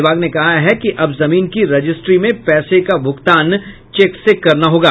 विभाग ने कहा है कि अब जमीन की रजिस्ट्री में पैसे का भूगतान चेक से करना होगा